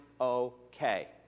okay